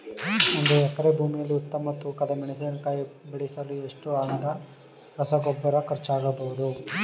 ಒಂದು ಎಕರೆ ಭೂಮಿಯಲ್ಲಿ ಉತ್ತಮ ತೂಕದ ಮೆಣಸಿನಕಾಯಿ ಬೆಳೆಸಲು ಎಷ್ಟು ಹಣದ ರಸಗೊಬ್ಬರ ಖರ್ಚಾಗಬಹುದು?